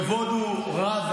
הכבוד הוא רב,